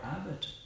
Abbott